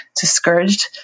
discouraged